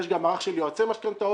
יש גם מערך של יועצי משכנתאות.